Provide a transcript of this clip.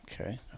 Okay